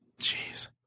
Jeez